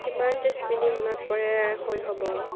কিমান যে স্মৃতি মনত পৰে শৈশৱৰ